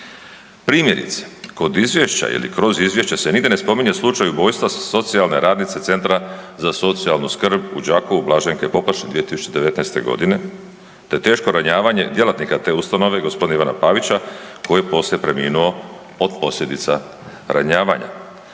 Primjerice, kod izvješća ili kroz izvješće se nigdje ne spominje slučaj ubojstva socijalne radnice Centra za socijalnu skrb u Đakovu Blaženke Poplašen 2019.g., te teško ranjavanje djelatnika te ustanove g. Ivana Pavića koji je poslije preminuo od posljedica ranjavanja.